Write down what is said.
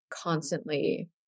constantly